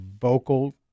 vocal